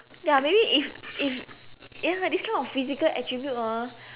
ya maybe if if ya this kind of physical attribute ah